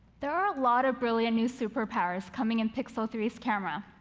there are a lot of brilliant new superpowers coming in pixel three s camera,